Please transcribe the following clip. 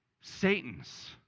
Satan's